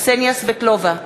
קסניה סבטלובה,